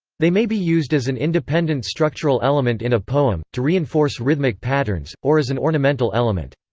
they may be used as an independent structural element in a poem, to reinforce rhythmic patterns, or as an ornamental element.